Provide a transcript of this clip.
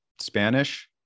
Spanish